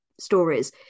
stories